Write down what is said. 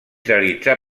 realitzà